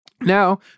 Now